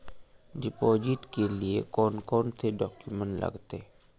Deposit के लिए कौन कौन से डॉक्यूमेंट लगते?